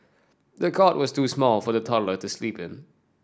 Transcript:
the cot was too small for the toddler to sleep in